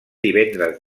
divendres